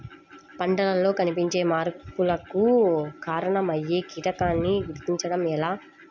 పంటలలో కనిపించే మార్పులకు కారణమయ్యే కీటకాన్ని గుర్తుంచటం ఎలా?